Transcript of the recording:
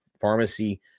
pharmacy